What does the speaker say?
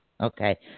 Okay